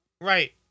Right